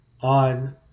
on